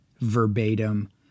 verbatim